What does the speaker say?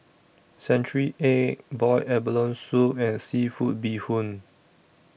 Century Egg boiled abalone Soup and Seafood Bee Hoon